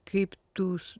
kaip tūs